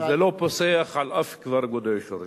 לא פוסח על אף כפר, כבוד היושב-ראש.